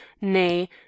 nay